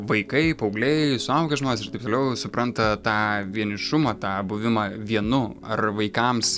vaikai paaugliai suaugę žmonės ir taip toliau supranta tą vienišumą tą buvimą vienu ar vaikams